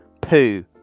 poo